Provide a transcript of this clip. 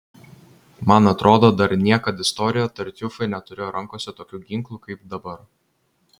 man atrodo dar niekad istorijoje tartiufai neturėjo rankose tokių ginklų kaip dabar